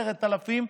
10,000,